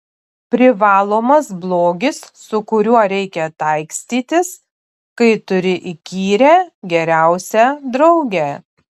privalomas blogis su kuriuo reikia taikstytis kai turi įkyrią geriausią draugę